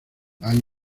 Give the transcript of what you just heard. hay